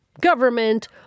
government